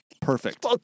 Perfect